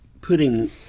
putting